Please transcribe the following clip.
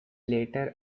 later